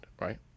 right